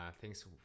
thanks